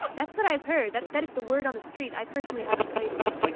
that's what i've heard. that that is the word on the street. i personally haven't played it yet. like